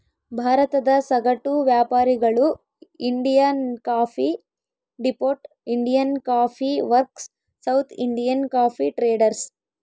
ಭಾರತದ ಸಗಟು ವ್ಯಾಪಾರಿಗಳು Indian coffee depot, Indian coffee works, South Indian coffee traders